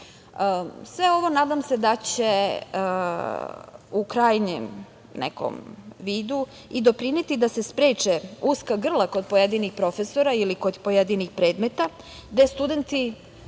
ovo, nadam se, da će, u krajnjem nekom vidu, i doprineti da se spreče uska grla kod pojedinih profesora ili kod pojedinih predmeta gde studenti